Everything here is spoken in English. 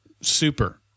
super